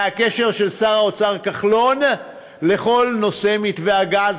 מהקשר של שר האוצר כחלון לכל נושא מתווה הגז.